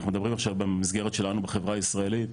אנחנו מדברים עכשיו במסגרת שלנו בחברה הישראלית,